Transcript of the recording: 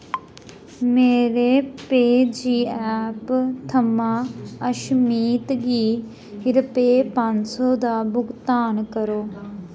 मेरे पेऽ जी ऐप थमां अशमीत गी रपे पंज सौ दा भुगतान करो